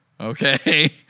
okay